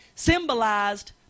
symbolized